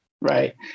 Right